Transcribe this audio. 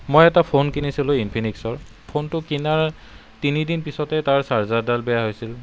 মই এটা ফোন কিনিছিলোঁ ইনফিনিক্সৰ ফোনটো কিনাৰ তিনিদিন পিছতে তাৰ চাৰ্জাৰডাল বেয়া হৈছিল